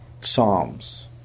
Psalms